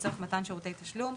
לצורך מתן שירותי תשלום,